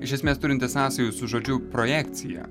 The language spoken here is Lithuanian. iš esmės turintis sąsajų su žodžiu projekcija